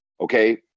okay